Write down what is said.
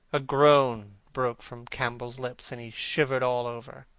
a groan broke from campbell's lips and he shivered all over.